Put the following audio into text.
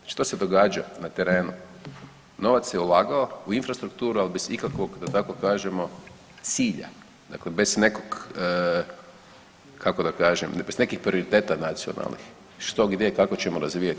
Znači to se događa na terenu, novac je ulagao u infrastrukturu, ali bez ikakvog da tako kažemo cilja, dakle bez nekog kako da kažem bez nekih prioriteta nacionalnih što, gdje i kako ćemo razvijati.